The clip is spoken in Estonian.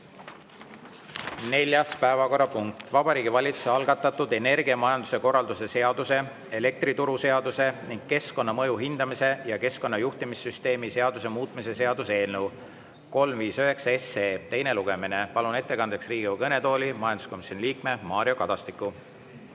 Neljas päevakorrapunkt: Vabariigi Valitsuse algatatud energiamajanduse korralduse seaduse, elektrituruseaduse ning keskkonnamõju hindamise ja keskkonnajuhtimissüsteemi seaduse muutmise seaduse eelnõu 359 teine lugemine. Palun ettekandeks Riigikogu kõnetooli majanduskomisjoni liikme Mario Kadastiku.